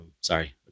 Sorry